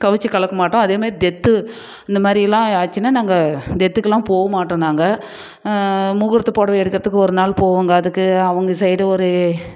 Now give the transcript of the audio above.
கவுச்சு கலக்க மாட்டோம் அதேமாதிரி டெத்து இந்த மாதிரியெல்லாம் ஆச்சுனால் நாங்கள் டெத்துக்குலாம் போகமாட்டோம் நாங்கள் முகூர்த்தப் புடவை எடுக்கிறதுக்கு ஒரு நாள் போவோங்க அதுக்கு அவங்க சைடு ஒரு